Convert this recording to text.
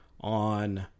on